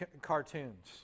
cartoons